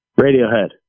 Radiohead